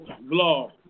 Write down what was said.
blog